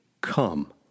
Come